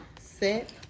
Set